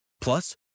Plus